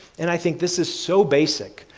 and i think this is so basic.